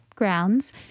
grounds